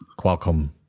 Qualcomm